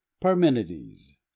PARMENIDES